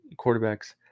quarterbacks